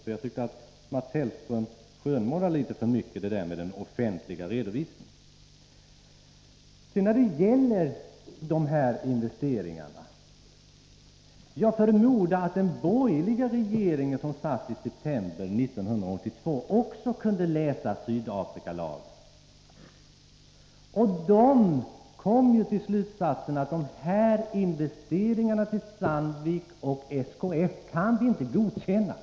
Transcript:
Enligt min mening skönmålade Mats Hellström litet för mycket beträffande den offentliga redovisningen. Sedan vill jag komma tillbaka till de här investeringarna. Jag förmodar att också den borgeliga regering som vi hade i september 1982 kunde läsa Sydafrikalagen. Regeringen kom fram till slutsatsen att den inte kunde godkänna Sandviks och SKF:s investeringsansökningar.